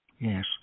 Yes